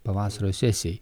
pavasario sesijai